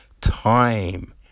time